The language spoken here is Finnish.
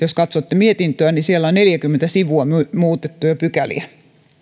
jos katsotte mietintöä niin siellä on neljäkymmentä sivua muutettuja pykäliä